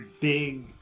Big